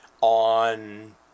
on